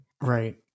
Right